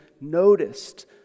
noticed